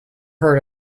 heard